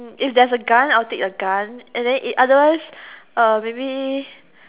if there's a gun I'll take a gun and then it otherwise uh maybe